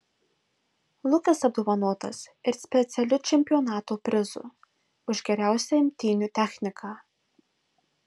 lukas apdovanotas ir specialiu čempionato prizu už geriausią imtynių techniką